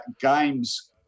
games